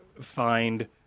find